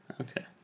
Okay